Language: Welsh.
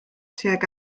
tuag